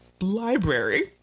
library